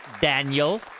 Daniel